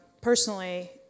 personally